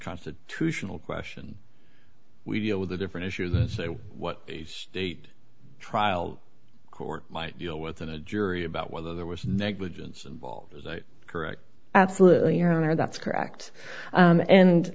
constitutional question we deal with the different issues and say what a state trial court might deal with in a jury about whether there was negligence involved correct absolutely her that's correct